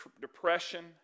depression